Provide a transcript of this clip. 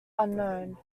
unknown